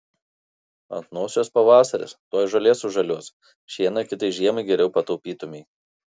ant nosies pavasaris tuoj žolė sužaliuos šieną kitai žiemai geriau pataupytumei